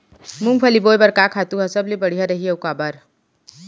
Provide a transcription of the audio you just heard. मूंगफली बोए बर का खातू ह सबले बढ़िया रही, अऊ काबर?